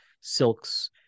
silk's